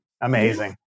Amazing